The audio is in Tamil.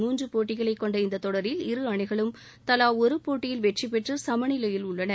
மூன்று போட்டிகளைக் கொண்ட இந்த தொடரில் இரு அணிகளும் தலா ஒரு போட்டியில் வெற்றிபெற்று சமநிலையில் உள்ளன